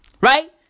Right